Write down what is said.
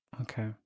Okay